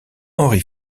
henri